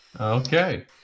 Okay